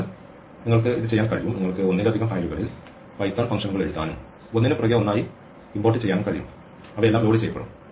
അതിനാൽ നിങ്ങൾക്ക് ഇത് ചെയ്യാൻ കഴിയും നിങ്ങൾക്ക് ഒന്നിലധികം ഫയലുകളിൽ പൈത്തൺ ഫംഗ്ഷനുകൾ എഴുതാനും ഒന്നിനുപുറകെ ഒന്നായി ഇറക്കുമതി ചെയ്യാനും കഴിയും അവയെല്ലാം ലോഡ് ചെയ്യപ്പെടും